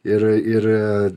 ir ir